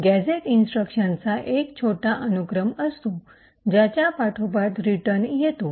gadget इन्स्ट्रक्शनचा एक छोटा अनुक्रम असतो ज्याच्या पाठोपाठ रिटर्न येतो